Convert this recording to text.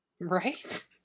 right